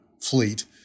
fleet